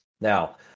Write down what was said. Now